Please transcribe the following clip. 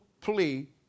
plea